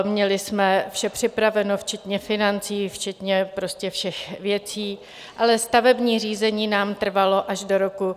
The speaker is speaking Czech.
Měli jsme vše připraveno včetně financí, včetně všech věcí, ale stavební řízení nám trvalo až do roku 2019.